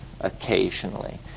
occasionally